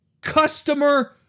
customer